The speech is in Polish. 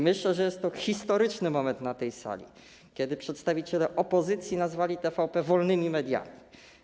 Myślę, że jest to historyczny moment na tej sali, kiedy przedstawiciele opozycji nazwali TVP wolnymi mediami.